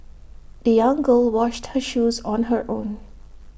the young girl washed her shoes on her own